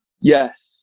Yes